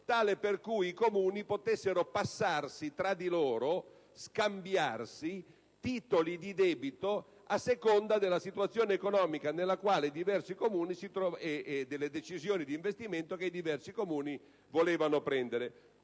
tale per cui i Comuni potessero scambiarsi tra di loro titoli di debito, a seconda della situazione economica e delle decisioni di investimento che i diversi Comuni volevano prendere.